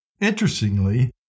Interestingly